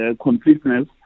completeness